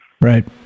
Right